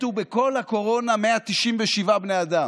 מתו בכל הקורונה 197 בני אדם.